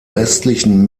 restlichen